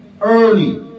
early